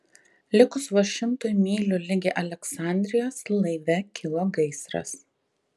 likus vos šimtui mylių ligi aleksandrijos laive kilo gaisras